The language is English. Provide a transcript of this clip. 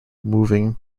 moving